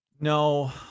no